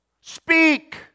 Speak